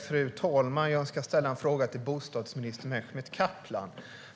Fru talman! Jag ska ställa en fråga till bostadsminister Mehmet Kaplan.